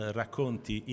racconti